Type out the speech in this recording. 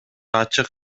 ачык